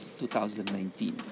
2019